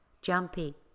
jumpy